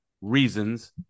reasons